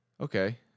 okay